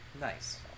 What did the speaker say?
nice